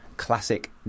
classic